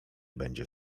będzie